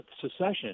secession